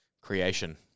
creation